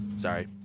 Sorry